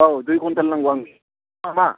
औ दुइ क्विनटेल नांगौ आंनो मा